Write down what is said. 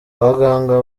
abaganga